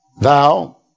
Thou